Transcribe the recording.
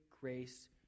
grace